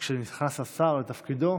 שכשנכנס השר לתפקידו,